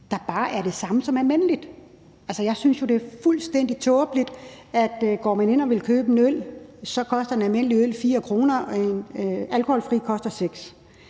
en pris, så det bare er almindeligt. Altså, jeg synes jo, det er fuldstændig tåbeligt: Går man ind og vil købe en øl, koster en almindelig øl 4 kr., og en alkoholfri øl koster 6